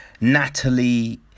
Natalie